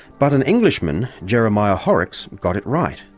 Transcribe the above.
but an englishman, jeremiah horrocks, got it right.